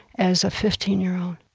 as a fifteen year old.